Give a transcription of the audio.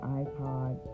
iPod